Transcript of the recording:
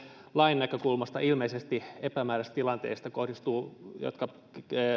lain näkökulmasta ilmeisesti epämääräisistä tilanteista seksuaalirikoksista jotka